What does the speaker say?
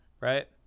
right